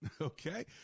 Okay